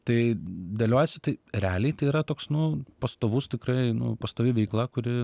tai dėliojasi tai realiai tai yra toks nu pastovus tikrai nu pastovi veikla kuri